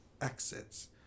exits